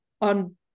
on